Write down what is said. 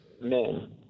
men